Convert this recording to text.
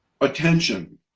attention